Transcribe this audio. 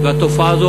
והתופעה הזו,